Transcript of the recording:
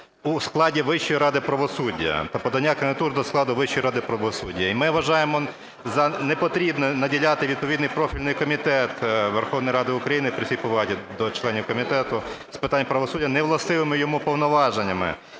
у складі Вищої ради правосуддя про подання кандидатур до складу Вищої ради правосуддя. І ми вважаємо за непотрібне наділяти відповідний профільний Комітет Верховної Ради України, при всій повазі до членів Комітету з питань правосуддя, невластивими йому повноваженнями